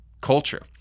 culture